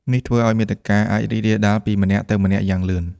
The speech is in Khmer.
នេះធ្វើឲ្យមាតិកាអាចរីករាលដាលពីម្នាក់ទៅម្នាក់យ៉ាងលឿន។